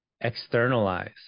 externalize